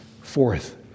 Fourth